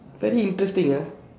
very interesting ah